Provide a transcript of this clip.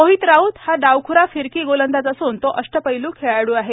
मोहित राऊत हा डावख्रा फिरकी गोलंदाज असून तो अष्टपैलू खेळाडू आहे